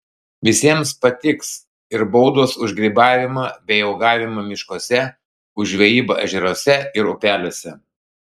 visiems patiks ir baudos už grybavimą bei uogavimą miškuose už žvejybą ežeruose ir upeliuose